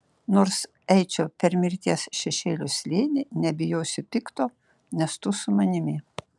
nors eičiau per mirties šešėlio slėnį nebijosiu pikto nes tu su manimi